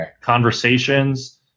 conversations